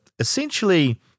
Essentially